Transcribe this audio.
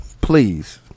Please